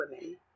women